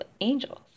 angels